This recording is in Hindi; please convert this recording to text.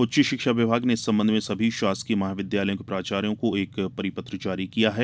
उच्च शिक्षा विभाग ने इस संबंध में सभी शासकीय महाविद्यालय के प्राचार्यों को एक परिपत्र जारी किया है